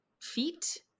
feet